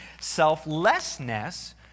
selflessness